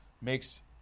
makes